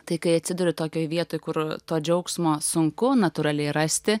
tai kai atsiduri tokioj vietoj kur to džiaugsmo sunku natūraliai rasti